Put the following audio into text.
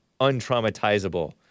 untraumatizable